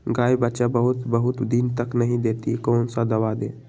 गाय बच्चा बहुत बहुत दिन तक नहीं देती कौन सा दवा दे?